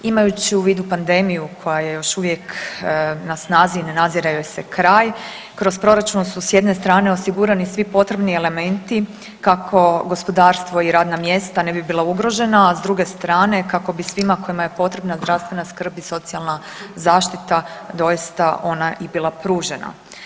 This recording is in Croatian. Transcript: Imajući u vidu pandemiju koja je još uvijek na snazi i ne nadzire joj se kraj kroz proračun su s jedne strane osigurani svi potrebni elementi kako gospodarstvo i radna mjesta ne bi bila ugrožena, a s druge strane kako bi svima kojima je potrebna zdravstvena skrb i socijalna zaštita doista ona i bila pružena.